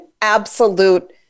absolute